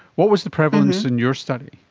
what was the prevalence in your study?